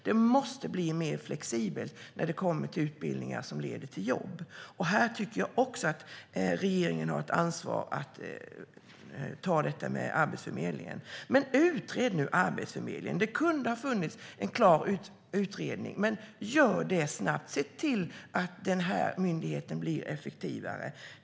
Det måste finnas mer flexibilitet när det gäller utbildningar som leder till jobb. Jag tycker att regeringen har ett ansvar att ta upp detta med Arbetsförmedlingen. Utred Arbetsförmedlingen nu! Det skulle ha kunnat finnas en klar utredning nu. Gör det snabbt, och se till att den här myndigheten blir effektivare.